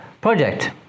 Project